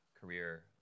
career